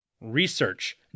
Research